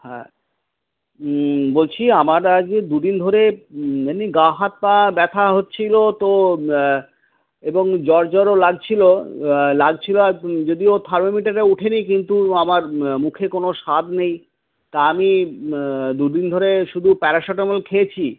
হ্যাঁ বলছি আমার আজ দু দিন ধরে এমনি গা হাত পা ব্যথা হচ্ছিল তো এবং জ্বর জ্বরও লাগছিল লাগছিল যদিও থার্মোমিটারে ওঠেনি কিন্তু আমার মুখে কোনও স্বাদ নেই তা আমি দু দিন ধরে শুধু প্যারাসিটামল খেয়েছি